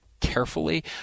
Carefully